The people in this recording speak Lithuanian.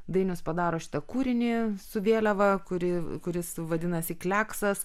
dainius padaro šitą kūrinį su vėliava kuri kuris vadinasi kleksas